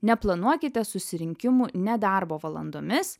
neplanuokite susirinkimų ne darbo valandomis